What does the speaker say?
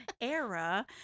Era